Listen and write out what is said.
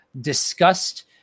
discussed